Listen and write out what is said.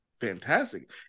fantastic